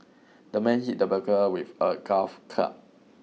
the man hit the burglar with a gulf club